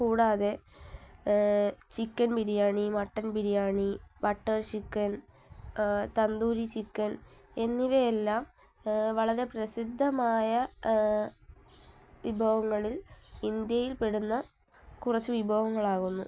കൂടാതെ chicken biryani mutton biryani butter chicken tandoori chicken എന്നിവയെല്ലാം വളരെ പ്രസിദ്ധമായ വിഭവങ്ങളിൽ ഇന്ത്യയിൽപ്പെടുന്ന കുറച്ച് വിഭവങ്ങളാകുന്നു